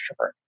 extrovert